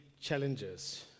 challenges